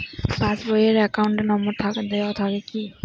Pass বই এ account number দেওয়া থাকে কি?